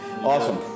Awesome